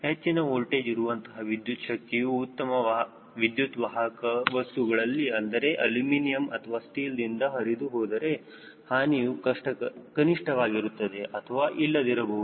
ಹೆಚ್ಚಿನ ವೋಲ್ಟೇಜ್ ಇರುವಂತಹ ವಿದ್ಯುತ್ ಶಕ್ತಿಯು ಉತ್ತಮ ವಿದ್ಯುತ್ ವಾಹಕ ವಸ್ತುಗಳಲ್ಲಿ ಅಂದರೆ ಅಲ್ಯುಮಿನಿಯಂ ಅಥವಾ ಸ್ಟೀಲ್ ದಿಂದ ಹರಿದು ಹೋದರೆ ಹಾನಿಯು ಕನಿಷ್ಠ ವಾಗಿರುತ್ತದೆ ಅಥವಾ ಇಲ್ಲದಿರಬಹುದು